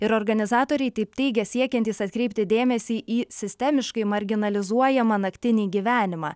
ir organizatoriai taip teigia siekiantys atkreipti dėmesį į sistemiškai marginalizuojamą naktinį gyvenimą